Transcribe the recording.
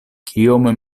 kiom